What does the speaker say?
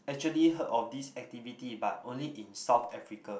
actually heard of this activity but only in South Africa